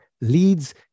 leads